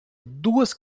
duas